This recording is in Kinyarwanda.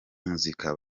muzik